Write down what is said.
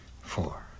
four